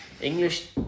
English